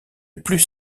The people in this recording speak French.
plus